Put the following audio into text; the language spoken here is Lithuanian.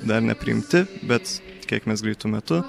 dar nepriimti bet tikėkimės greitu metu